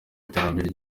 iterambere